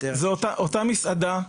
אותה מסעדה.